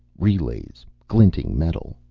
relays, glinting metal.